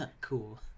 Cool